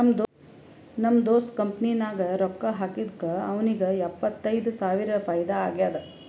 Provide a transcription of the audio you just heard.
ನಮ್ ದೋಸ್ತ್ ಕಂಪನಿ ನಾಗ್ ರೊಕ್ಕಾ ಹಾಕಿದ್ದುಕ್ ಅವ್ನಿಗ ಎಪ್ಪತ್ತ್ ಸಾವಿರ ಫೈದಾ ಆಗ್ಯಾದ್